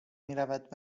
میرود